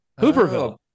Hooperville